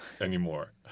anymore